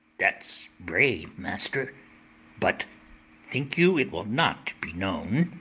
that's brave, master but think you it will not be known?